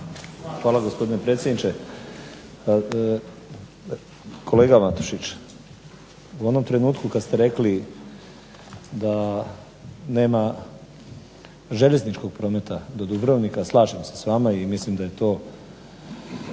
Hvala gospodine predsjedniče. Kolega Matušić, u onom trenutku kada ste rekli da nama željezničkog prometa do Dubrovnika slažem se s vama i mislim daje to